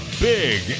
Big